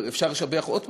אפשר לשבח עוד פעם,